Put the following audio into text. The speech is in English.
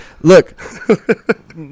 look